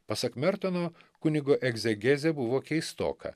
pasak mertono kunigo egzegezė buvo keistoka